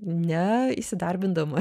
ne įsidarbindama